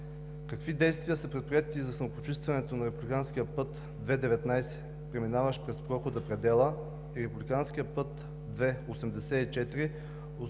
Какви действия са предприети за снегопочистването на републиканския път II-19, преминаващ през прохода „Предела“, и на републиканския път II-84,